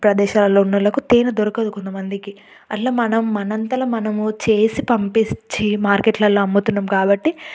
ప్రదేశాల్లోనూ వాళ్లకు తేనే దొరకదు మందికి అట్ల మనం మనంతలో మనం చేసి పంపిచ్చి మార్కెట్లలో అమ్ముతున్నాం కాబట్టి